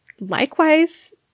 likewise